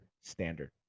Standard